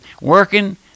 Working